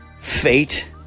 fate